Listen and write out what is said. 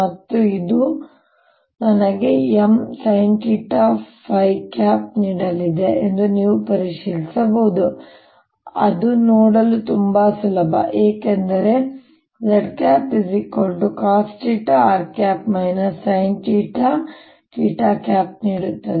ಮತ್ತು ಇದು ನನಗೆ Msinθ ನೀಡಲಿದೆ ಎಂದು ನೀವು ಪರಿಶೀಲಿಸಬಹುದು ಅದು ನೋಡಲು ತುಂಬಾ ಸುಲಭ ಏಕೆಂದರೆ zcosθr sinθ ನೀಡುತ್ತದೆ